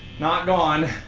not gone.